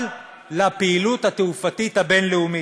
אבל לפעילות התעופתית הבין-לאומית,